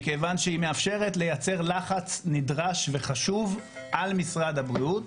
מכיוון שהיא מאפשרת לייצר לחץ נדרש וחשוב על משרד הבריאות,